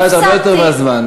קיבלת הרבה יותר מהזמן.